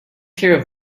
care